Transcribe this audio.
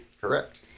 Correct